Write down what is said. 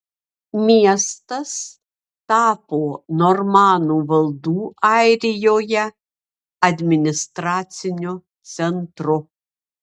miestas tapo normanų valdų airijoje administraciniu centru